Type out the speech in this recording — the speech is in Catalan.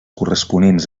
corresponents